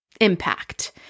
impact